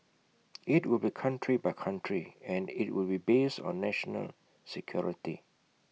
IT will be country by country and IT will be based on national security